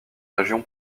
région